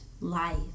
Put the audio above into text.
life